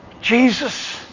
Jesus